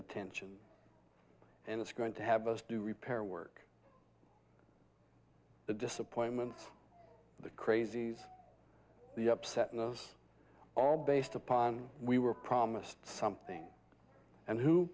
attention and it's going to have us do repair work the disappointments the crazies the upset in us all based upon we were promised something and who